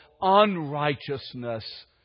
unrighteousness